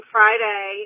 Friday